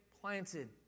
planted